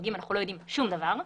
המסווגים אנחנו לא יודעים שום דבר,